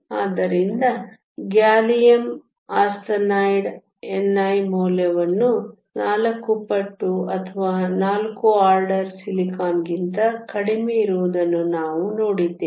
ಆದ್ದರಿಂದ gallium arsenide ni ಮೌಲ್ಯವನ್ನು 4 ಪಟ್ಟು ಅಥವಾ 4 ಆರ್ಡರ್ ಸಿಲಿಕಾನ್ಗಿಂತ ಕಡಿಮೆಯಿರುವುದನ್ನು ನಾವು ನೋಡಿದ್ದೇವೆ